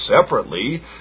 separately